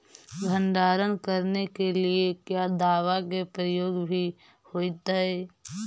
भंडारन करने के लिय क्या दाबा के प्रयोग भी होयतय?